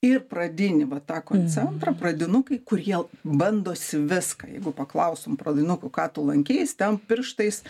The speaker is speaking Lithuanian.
ir pradinį va tą koncentrą pradinukai kurie bandosi viską jeigu paklaustum pradinukų ką tu lankei jis ten pirštais